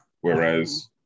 whereas